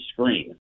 screen